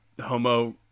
homo